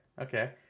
Okay